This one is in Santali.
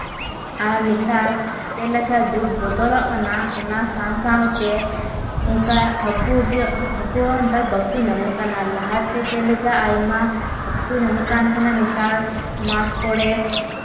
ᱟᱨ ᱱᱮᱛᱟᱨ ᱪᱮᱫᱞᱮᱠᱟ ᱡᱩᱜᱽ ᱵᱚᱫ ᱚᱞᱚᱜ ᱠᱟᱱᱟ ᱚᱱᱟ ᱥᱟᱶᱼᱥᱟᱶ ᱛᱮ ᱚᱝᱠᱟ ᱦᱟᱹᱠᱩ ᱜᱮ ᱦᱟᱹᱠᱩ ᱦᱚᱸ ᱵᱟᱠᱚ ᱧᱟᱢᱚᱜ ᱠᱟᱱᱟ ᱞᱟᱦᱟᱛᱮ ᱪᱮᱫ ᱞᱮᱠᱟ ᱟᱭᱢᱟ ᱦᱟᱹᱠᱩ ᱠᱚ ᱧᱟᱢᱚᱜ ᱠᱟᱱ ᱛᱟᱦᱮᱱᱟ ᱱᱮᱛᱟᱨ ᱢᱟᱴ ᱠᱚᱨᱮ